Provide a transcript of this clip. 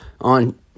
on